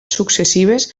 successives